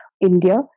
India